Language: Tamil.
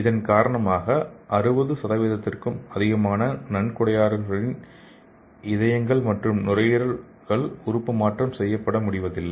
இதன் காரணமாக 60 க்கும் அதிகமான நன்கொடையாளர்களின் இதயங்கள் மற்றும் நுரையீரல் உறுப்பு மாற்றம் செய்யப்பட முடிவதில்லை